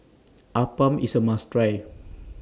Appam IS A must Try